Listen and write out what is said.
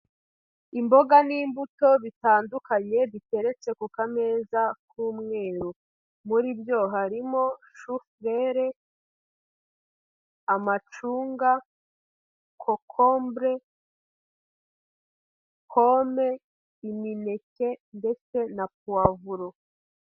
Imboga n'imbuto bitandukanye biteretse ku kameza k'umweru muri byo harimo shufurere, amacunga, kokombure, pome, imineke ndetse na puwavuro.